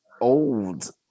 old